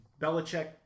Belichick